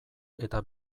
eta